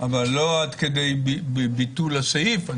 אבל לא עד כדי ביטול הסעיף.